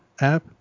app